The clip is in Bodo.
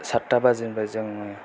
सादथाबाजिनिफ्राय जों